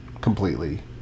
completely